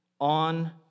on